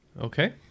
Okay